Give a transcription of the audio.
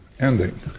ending